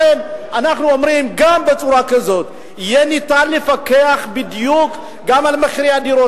לכן אנחנו אומרים: בצורה כזאת יהיה ניתן לפקח בדיוק גם על מחירי הדירות.